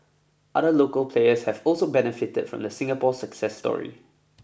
other local players have also benefited from the Singapore success story